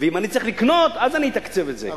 אם אני צריך לקנות אז אני אתקצב את זה.